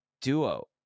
duo